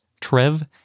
Trev